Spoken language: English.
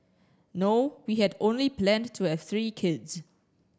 no we had only planned to have three kids